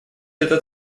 этот